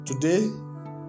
Today